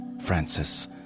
Francis